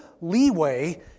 leeway